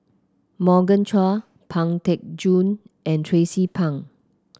Morgan Chua Pang Teck Joon and Tracie Pang